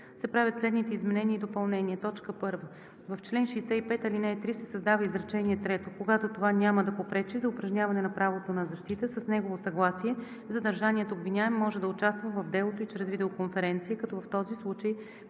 се правят следните изменения и допълнения: 1. В чл. 65, ал. 3 се създава изречение трето: „Когато това няма да попречи за упражняване на правото на защита, с негово съгласие задържаният обвиняем може да участва в делото и чрез видеоконференция, като в този случай